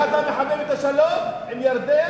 ככה אתה מחמם את השלום עם ירדן?